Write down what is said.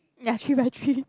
ya three by three